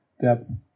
depth